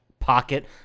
pocket